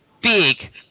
big